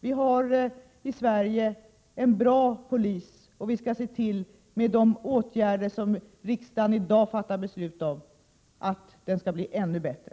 Vi har i Sverige en bra polis, och vi skall se till, med de åtgärder riksdagen i dag fattar beslut om, att den skall bli ännu bättre.